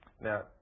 Now